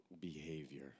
behavior